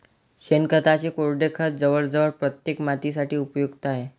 शेणखताचे कोरडे खत जवळजवळ प्रत्येक मातीसाठी उपयुक्त आहे